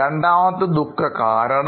രണ്ടാമത്തെ ദുഃഖ കാരണം